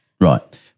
right